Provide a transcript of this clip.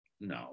No